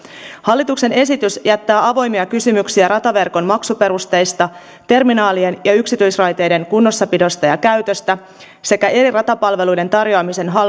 hallituksen esitys jättää avoimia kysymyksiä rataverkon maksuperusteista terminaalien ja yksityisraiteiden kunnossapidosta ja käytöstä sekä eri ratapalveluiden tarjoamisen